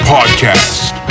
Podcast